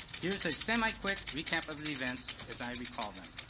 here is a semi-quick recap of the events as i recall them.